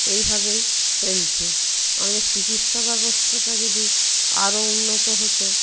এইভাবেই চলছে আমাদের চিকিৎসা ব্যবস্থাটা যদি আরও উন্নত হতো